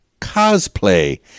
Cosplay